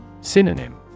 Synonym